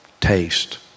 taste